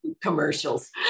commercials